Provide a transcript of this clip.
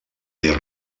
dir